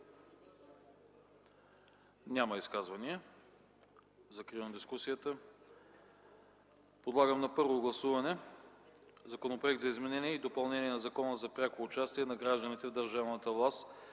Няма. Закривам дискусията. Подлагам на първо гласуване Законопроекта за изменение и допълнение на Закона за пряко участие на гражданите в държавната власт